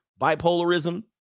bipolarism